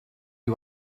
you